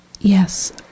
Yes